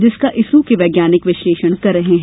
जिसका इसरो के वैज्ञानिक विश्लेषण कर रहे हैं